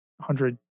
hundred